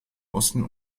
osten